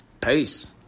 Peace